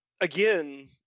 again